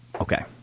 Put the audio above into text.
Okay